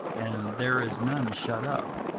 and there is none shut up,